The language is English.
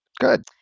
Good